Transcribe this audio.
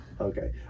okay